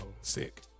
Sick